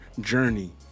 journey